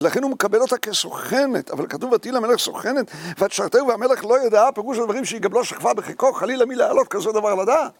לכן הוא מקבל אותה כסוכנת, אבל כתוב ותהי למלך סוכנת, ותשרתהו והמלך לא ידעה, פירוש הדברים שהיא גם לא שכבה בחיקו חלילה מלהעלות כזה דבר על הדעת